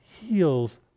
heals